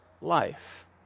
life